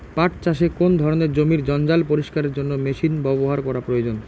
পাট চাষে কোন ধরনের জমির জঞ্জাল পরিষ্কারের জন্য মেশিন ব্যবহার করা প্রয়োজন?